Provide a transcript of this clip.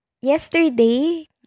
yesterday